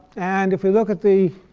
and if we look at the